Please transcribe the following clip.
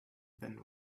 then